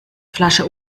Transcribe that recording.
flasche